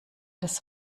des